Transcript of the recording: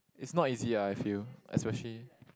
it's not easy ah I feel especially